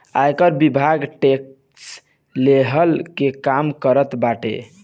आयकर विभाग टेक्स लेहला के काम करत बाटे